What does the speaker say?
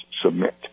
submit